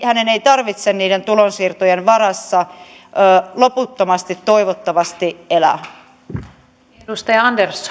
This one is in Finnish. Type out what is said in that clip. hänen ei tarvitse niiden tulonsiirtojen varassa loputtomasti toivottavasti elää